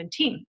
2017